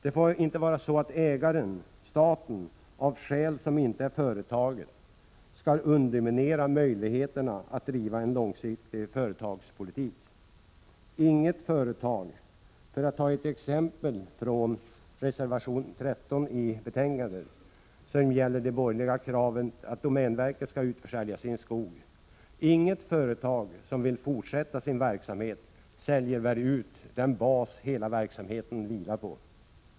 Det får inte vara så att ägaren — staten — av skäl som inte är företagets skall underminera möjligheterna att driva en långsiktig företagspolitik. Låt mig ta ett exempel från reservation 13, där det borgerliga kravet att domänverket skall utförsälja sin skog framförs. Inget företag som vill fortsätta sin verksamhet säljer väl ut den bas hela verksamheten vilar på.